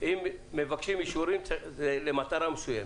אם מבקשים אישורים זה למטרה מסוימת.